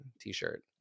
T-shirt